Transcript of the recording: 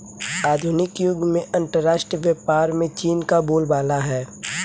आधुनिक युग में अंतरराष्ट्रीय व्यापार में चीन का बोलबाला है